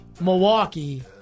Milwaukee